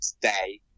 today